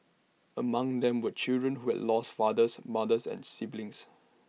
among them were children who had lost fathers mothers and siblings